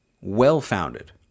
well-founded